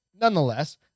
nonetheless